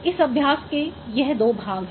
इस अभ्यास के यह दो भाग हैं